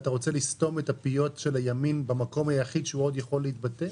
אתה רוצה לסתום את הפיות של הימין במקום היחיד שהוא עוד יכול להתבטא?